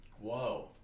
Whoa